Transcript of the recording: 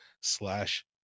slash